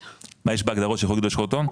מה יש בהגדרות של חוק עידוד השקעות הון?